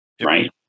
Right